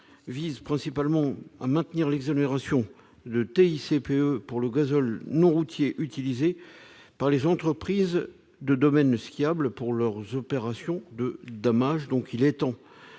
vise à maintenir l'exonération de TICPE pour le gazole non routier utilisé par les entreprises de domaines skiables pour leurs opérations de damage. Nous souhaitons